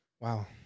wow